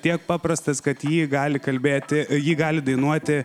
tiek paprastas kad ji gali kalbėti ji gali dainuoti